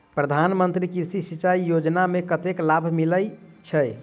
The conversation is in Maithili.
प्रधान मंत्री कृषि सिंचाई योजना मे कतेक लाभ मिलय छै?